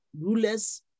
rulers